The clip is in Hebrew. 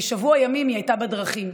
כשבוע ימים היא הייתה בדרכים.